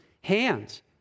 hands